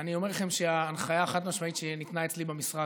אני אומר לכם שההנחיה החד-משמעית שניתנה אצלי במשרד